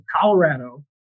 Colorado